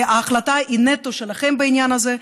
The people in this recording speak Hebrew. ההחלטה היא נטו שלכם בעניין הזה.